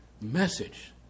message